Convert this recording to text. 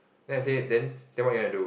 then I say then what you wanna do